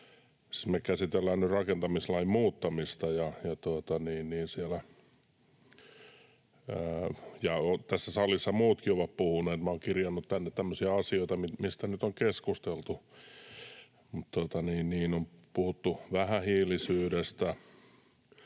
me käsitellään nyt rakentamislain muuttamista. Tässä salissa ovat puhuneet muutkin. Minä olen kirjannut tänne tämmöisiä asioita, mistä nyt on keskusteltu: On puhuttu vähähiilisyydestä,